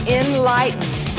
enlightened